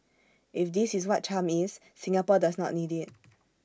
if this is what charm is Singapore does not need IT